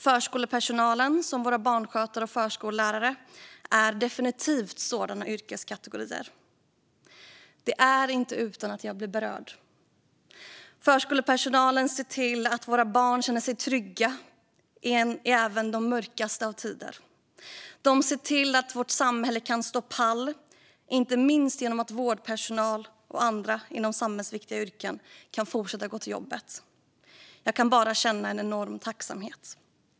Förskolepersonalen, som våra barnskötare och förskollärare, är definitivt en sådan yrkeskategori. Det är inte utan att jag blir berörd. Förskolepersonalen ser till att våra barn känner sig trygga även i de mörkaste av tider. De ser till att vårt samhälle kan stå pall, inte minst genom att vårdpersonal och andra inom samhällsviktiga yrken kan fortsätta gå till jobbet. Jag kan bara känna en enorm tacksamhet.